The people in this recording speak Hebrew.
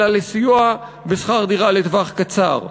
אלא לסיוע בשכר דירה לטווח קצר.